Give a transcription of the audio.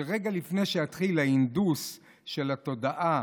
שרגע לפני שיתחיל ההנדוס של התודעה